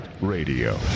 Radio